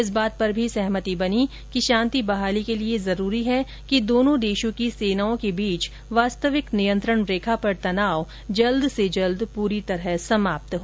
इस बात पर भी सहमति बनी कि शांति बहाली के लिए जरूरी है कि दोनों देशों की सेनाओं के बीच वास्तविक नियंत्रण रेखा पर तनाव यथाशीघ्र पूरी तरह से समाप्त हो